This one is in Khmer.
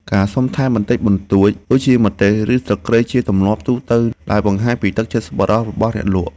ការសុំថែមបន្តិចបន្តួចដូចជាម្ទេសឬស្លឹកគ្រៃគឺជាទម្លាប់ទូទៅដែលបង្ហាញពីទឹកចិត្តសប្បុរសរបស់អ្នកលក់។